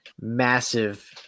Massive